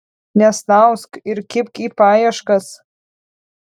nesnausk ir kibk į paieškas